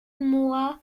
mois